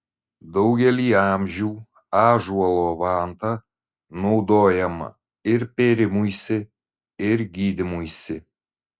daugelį amžių ąžuolo vanta naudojama ir pėrimuisi ir gydymuisi